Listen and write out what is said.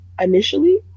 initially